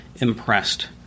impressed